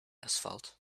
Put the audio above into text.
asphalt